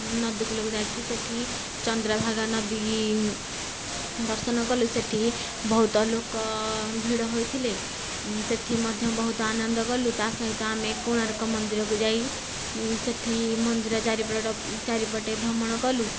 ନଦୀକୂଳକୁ ଯାଇକି ସେଠି ଚନ୍ଦ୍ରଭାଗା ନଦୀ ଦର୍ଶନ କଲୁ ସେଠି ବହୁତ ଲୋକ ଭିଡ଼ ହୋଇଥିଲେ ସେଠି ମଧ୍ୟ ବହୁତ ଆନନ୍ଦ କଲୁ ତା ସହିତ ଆମେ କୋଣାର୍କ ମନ୍ଦିରକୁ ଯାଇ ସେଠି ମନ୍ଦିର ଚାରିପଟ ଚାରିପଟେ ଭ୍ରମଣ କଲୁ